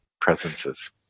presences